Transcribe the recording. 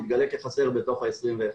יתגלה כחסר בתוך 21 הימים.